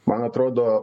man atrodo